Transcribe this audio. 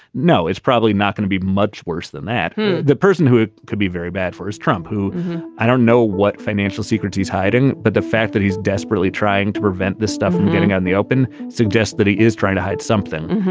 no, it's probably not going to be much worse than that the person who could be very bad for his trump, who i don't know what financial secrets he's hiding, but the fact that he's desperately trying to prevent this stuff from getting out in the open suggests that he is trying to hide something.